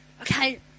Okay